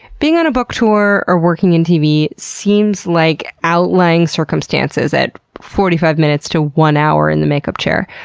being on a book tour or working in tv seems like outlying circumstances at forty five minutes to one hour in the makeup chair.